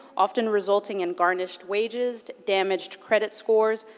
often resulting in garnished wages, damaged credit scores,